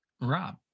Rob